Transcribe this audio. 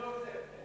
אני יוצא.